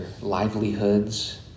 livelihoods